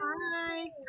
Hi